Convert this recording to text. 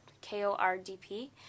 K-O-R-D-P